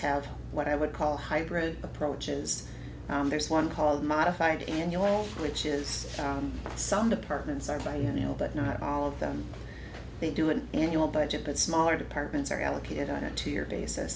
have what i would call hybrid approaches there's one called modified annual which is down some departments are by you know but not all of them they do an annual budget but smaller departments are allocated on a two year basis